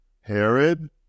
Herod